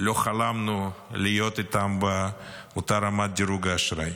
לא חלמנו להיות איתן באותה רמה דירוג אשראי.